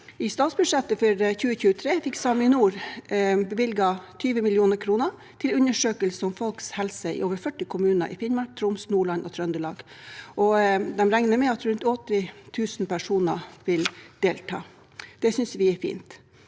i statsbudsjettet for 2023 fikk SAMINOR iallfall bevilget 20 mill. kr til undersøkelse om folks helse i over 40 kommuner i Finnmark, Troms, Nordland og Trøndelag. De regner med at rundt 80 000 personer vil delta. Det synes vi er fint.